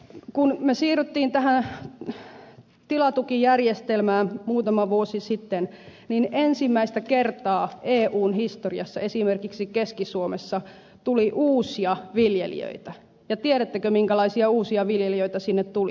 kun me siirryimme tähän tilatukijärjestelmään muutama vuosi sitten niin ensimmäistä kertaa eun historiassa esimerkiksi keski suomessa tuli uusia viljelijöitä ja tiedättekö minkälaisia uusia viljelijöitä sinne tuli